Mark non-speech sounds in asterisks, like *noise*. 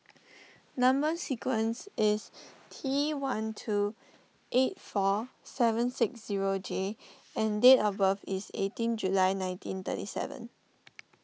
*noise* Number Sequence is T one two eight four seven six zero J and date of birth is eighteen July nineteen thirty seven